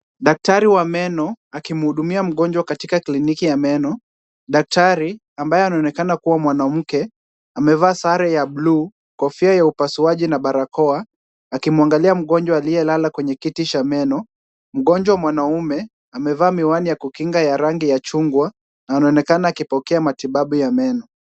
Daktari wa meno akimhudumia mgonjwa kwenye kliniki ya meno. Daktari ambaye anaonekana kuwa mwanamke amevaa sare ya buluu, kofia ya upasuaji na barakoa, akimuangalia mgonjwa aliyelala kwenye kiti cha meno. Mgonjwa mwanaume amevaa miwani ya kukinga ya rangi ya chungwa na anaonekana akipokea matibabu ya meno.